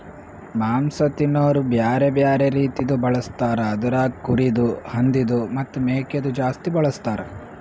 ಮಾಂಸ ತಿನೋರು ಬ್ಯಾರೆ ಬ್ಯಾರೆ ರೀತಿದು ಬಳಸ್ತಾರ್ ಅದುರಾಗ್ ಕುರಿದು, ಹಂದಿದು ಮತ್ತ್ ಮೇಕೆದು ಜಾಸ್ತಿ ಬಳಸ್ತಾರ್